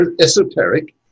esoteric